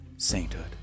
sainthood